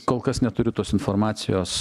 kol kas neturiu tos informacijos